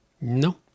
No